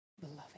beloved